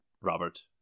Robert